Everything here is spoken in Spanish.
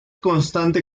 constante